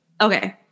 Okay